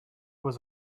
was